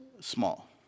small